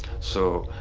so.